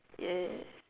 ya